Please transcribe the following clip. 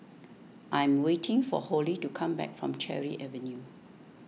I am waiting for Holly to come back from Cherry Avenue